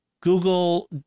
Google